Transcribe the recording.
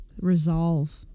Resolve